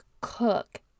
cook